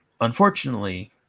unfortunately